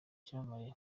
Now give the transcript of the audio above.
icyamamare